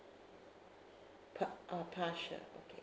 par~ ah partial okay